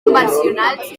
convencionals